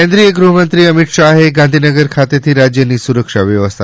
કેન્દ્રિય ગૃહમંત્રી અમિત શાહે ગાંધીનગર ખાતેથી રાજ્યની સુરક્ષા વ્યવસ્થા